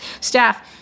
staff